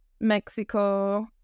Mexico